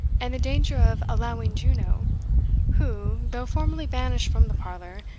and the danger of allowing juno who, though formally banished from the parlour,